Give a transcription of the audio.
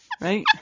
right